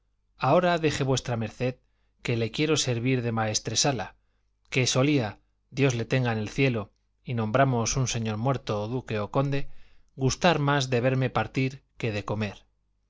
ahora deje v md que le quiero servir de maestresala que solía dios le tenga en el cielo y nombramos un señor muerto duque o conde gustar más de verme partir que de comer